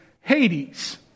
Hades